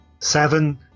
Seven